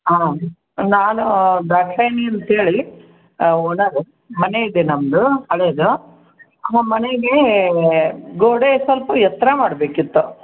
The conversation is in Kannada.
ಹಾಂ ನಾನು ದಾಕ್ಷಾಯಣಿ ಅಂತ್ಹೇಳಿ ಓನರು ಮನೆ ಇದೆ ನಮ್ಮದು ಹಳೆಯದು ನಮ್ಮ ಮನೆಗೆ ಗೋಡೆ ಸ್ವಲ್ಪ ಎತ್ತರ ಮಾಡಬೇಕಿತ್ತು